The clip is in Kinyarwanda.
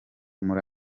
muri